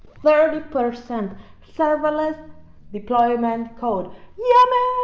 thirty percent serverless deployment code yaml,